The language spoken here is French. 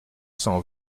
cent